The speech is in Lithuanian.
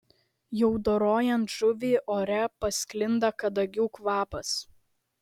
jau dorojant žuvį ore pasklinda kadagių kvapas